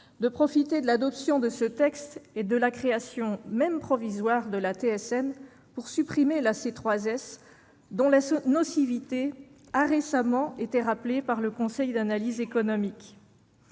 de profiter de l'adoption de ce texte et de la création, même provisoire, de la taxe sur les services numériques pour supprimer la C3S, dont la nocivité a récemment été rappelée par le Conseil d'analyse économique.